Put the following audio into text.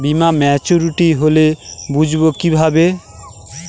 বীমা মাচুরিটি হলে বুঝবো কিভাবে?